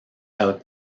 out